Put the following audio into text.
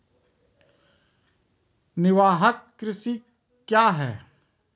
निवाहक कृषि क्या हैं?